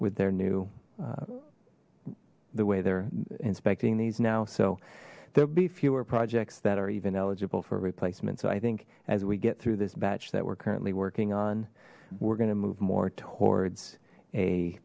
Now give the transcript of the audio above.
with their new the way they're inspecting these now so there'll be fewer projects that are even eligible for replacement so i think as we get through this batch that we're currently working on we're going to move more towards a